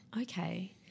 Okay